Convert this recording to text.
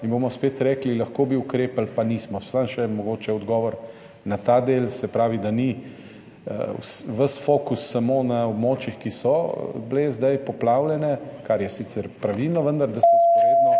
in bomo spet rekli, lahko bi ukrepali, pa nismo. Samo še mogoče odgovor na ta del, se pravi da ni ves fokus samo na območjih, ki so bila zdaj poplavljena, kar je sicer pravilno, vendar da se vzporedno